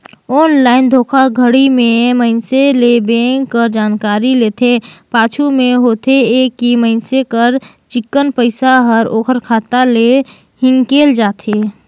online धोखाघड़ी में मइनसे ले बेंक कर जानकारी लेथे, पाछू में होथे ए कि मइनसे कर चिक्कन पइसा हर ओकर खाता ले हिंकेल जाथे